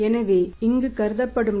எனவே இங்கு கருதப்படும் இலாபம் 102